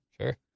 Sure